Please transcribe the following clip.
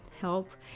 help